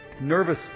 nervous